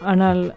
Anal